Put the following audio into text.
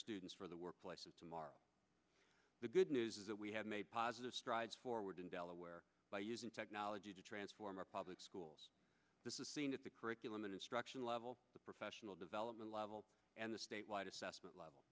students for the workplace system are the good news is that we have made positive strides forward in delaware by using technology to transform our public schools this is seen at the curriculum and instruction level the professional development level and the statewide assessment level